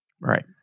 Right